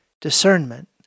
discernment